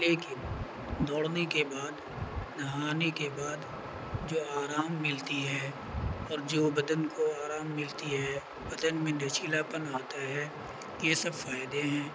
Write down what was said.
لیکن دوڑنے کے بعد نہانے کے بعد جو آرام ملتی ہے اور جو بدن کو آرام ملتی ہے بدن میں نچلاپن آتا ہے یہ سب فائدے ہیں